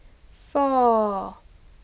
four